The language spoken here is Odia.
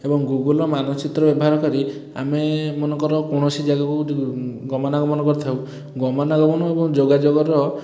ଏବଂ ଗୁଗୁଲ୍ର ମାନଚିତ୍ର ବ୍ୟବହାର କରି ଆମେ ମନେକର କୌଣସି ଜାଗାକୁ ଗମନାଗମନ କରିଥାଉ ଗମନାଗମନ ଏବଂ ଯୋଗାଯୋଗର